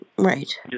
Right